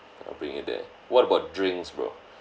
I'll bring you there what about drinks bro